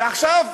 ועכשיו,